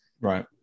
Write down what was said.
Right